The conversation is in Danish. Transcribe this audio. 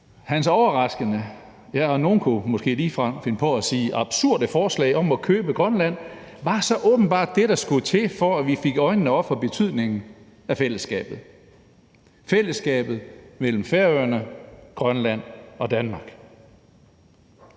Hans overraskende forslag – nogle kunne måske ligefrem finde på at sige absurde forslag – om at købe Grønland var åbenbart det, der skulle til, for at vi fik øjnene op for betydningen af fællesskabet mellem Færøerne, Grønland og Danmark.